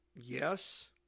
Yes